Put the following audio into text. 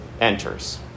enters